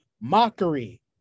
mockery